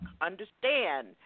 understand